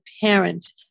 parent